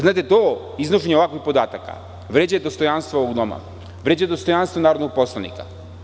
Znate, iznošenje takvih podataka vređa dostojanstvo ovog doma, vređa dostojanstvo narodnog poslanika.